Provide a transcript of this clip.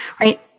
right